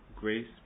grace